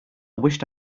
wished